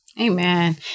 Amen